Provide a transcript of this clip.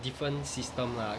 different system lah